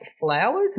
Flowers